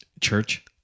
Church